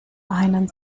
einen